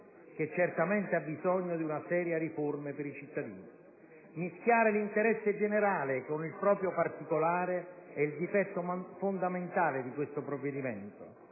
che certamente ha bisogno di una seria riforma per i cittadini? Mischiare l'interesse generale con il proprio particolare è il difetto fondamentale di questo provvedimento.